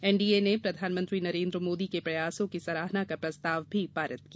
NDA ने प्रधानमंत्री नरेंद्र मोदी के प्रयासों की सराहना का प्रस्ताव भी पारित किया